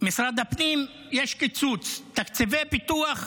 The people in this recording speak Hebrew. משרד הפנים, יש קיצוץ, תקציבי פיתוח,